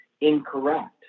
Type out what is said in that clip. incorrect